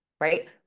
right